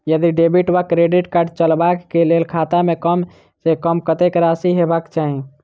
यदि डेबिट वा credit card चलबाक कऽ लेल खाता मे कम सऽ कम कत्तेक राशि हेबाक चाहि?